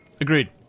Agreed